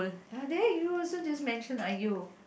ah there you also just mention !aiyo!